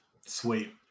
Sweet